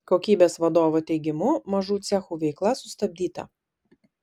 kokybės vadovo teigimu mažų cechų veikla sustabdyta